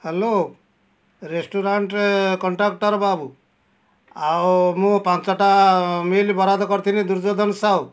hello ରେଷ୍ଟୁରାଣ୍ଟରେ contractor ବାବୁ ଆଉ ମୁଁ ପାଞ୍ଚଟା ମିଲ୍ ବରାତ୍ କରିଥିଲି ଦୁର୍ଯ୍ୟଧନ ସାହୁ